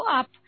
up